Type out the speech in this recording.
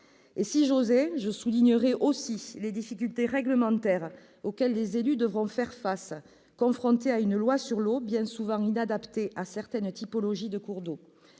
Si j'osais, je soulignerais aussi les difficultés réglementaires auxquelles les élus devront faire face, confrontés à une loi sur l'eau fréquemment inadaptée à certaines typologies de cours d'eau